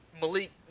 Malik